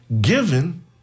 Given